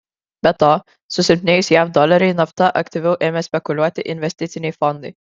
be to susilpnėjus jav doleriui nafta aktyviau ėmė spekuliuoti investiciniai fondai